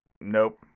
nope